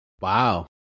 Wow